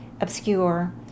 obscure